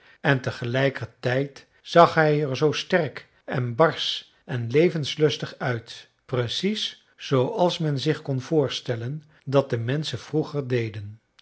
en tegelijkertijd zag hij er zoo sterk en barsch en levenslustig uit precies zooals men zich kon voorstellen dat de menschen vroeger deden